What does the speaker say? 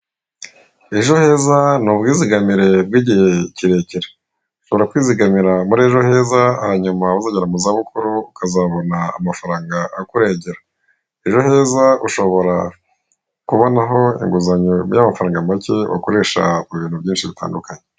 Ejo heza ni ubwizagamire bw'igihe kirekire, ushobora kwizigamira muri ejo heza hanyuma wazagera muzabukuru ukabona amafaranga akurengera. Ejo heza ushobora ushobora kubonaho inguzanyo y'amafaranga make wakoresha mu bintu byinshi bitandukanye.